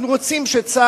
אנחנו רוצים שישרתו בצה"ל,